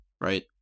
Right